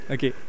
Okay